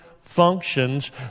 functions